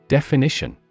Definition